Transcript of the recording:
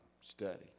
study